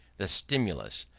the stimulus,